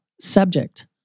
subject